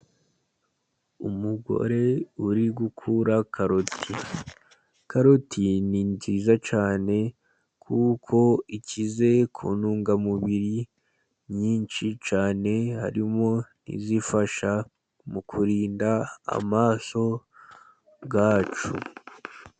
Umugore uri gukura karoti. Karoti ni nziza cyane kuko ikize ku ntungamubiri nyinshi cyane, harimo n'izifasha mu kurinda amaso yacu.